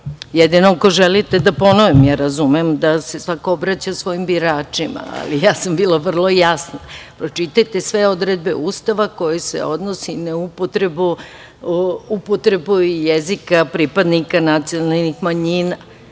Jedino ako želite da ponovim. Razumem da se svako obraća svojim biračima ali sam bila vrlo jasna. Pročitajte sve odredbe Ustava koje se odnose na upotrebu jezika pripadnika nacionalnih manjina. Niko